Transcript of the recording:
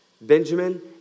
Benjamin